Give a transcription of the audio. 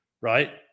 right